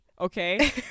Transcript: Okay